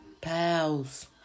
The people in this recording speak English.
Pals